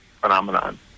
phenomenon